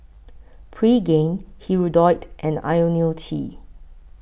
Pregain Hirudoid and Ionil T